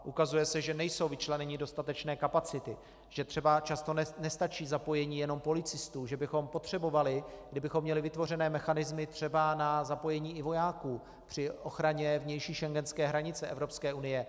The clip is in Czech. Ukazuje se, že nejsou vyčleněny dostatečné kapacity, že třeba často nestačí jenom zapojení policistů, že bychom potřebovali, kdybychom měli vytvořené mechanismy třeba i na zapojení vojáků při ochraně vnější schengenské hranice Evropské unie.